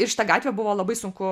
ir šitą gatvę buvo labai sunku